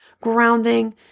grounding